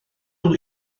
nhw